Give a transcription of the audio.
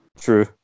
true